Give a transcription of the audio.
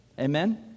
Amen